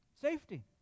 Safety